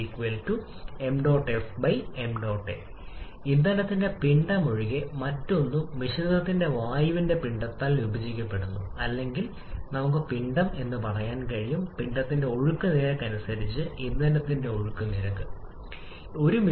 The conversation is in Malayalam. ഇവിടെ പൂജ്യം സ്റ്റൈക്കിയോമെട്രിക് മിശ്രിതവുമായി യോജിക്കുന്നു ഇതിനേക്കാൾ വലുത് സമ്പന്നമാണ് മിക്സർ ഇതിനേക്കാൾ കുറവാണ് മെലിഞ്ഞ മിശ്രിതം